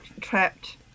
trapped